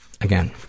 again